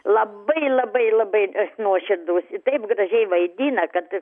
labai labai labai nuoširdūs ir taip gražiai vaidina kad